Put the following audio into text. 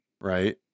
Right